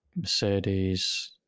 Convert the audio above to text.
Mercedes